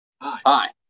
Hi